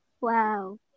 Wow